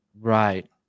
Right